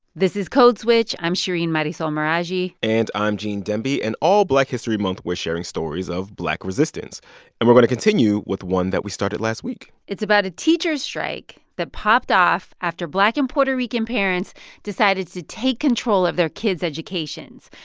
this is code switch. i'm shereen marisol meraji and i'm gene demby. and all black history month, we're sharing stories of black resistance and we're going to continue with one that we started last week it's about a teachers strike that popped off after black and puerto rican parents decided to take control of their kids' educations,